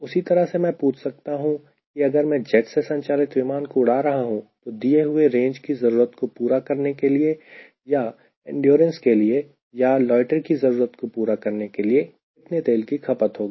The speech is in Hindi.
उसी तरह से मैं पूछ सकता हूं कि अगर मैं जेट से संचालित विमान को उड़ा रहा हूं तो दिए हुए रेंज की जरूरत को पूरा करने के लिए या एंडोरेंस के लिए या लोयटर की जरूरत को पूरा करने के लिए कितने तेल की खपत होगी